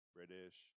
British